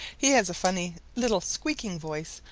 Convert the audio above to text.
he has a funny little squeaking voice,